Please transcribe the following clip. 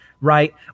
right